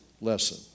lesson